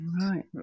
Right